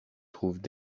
trouvent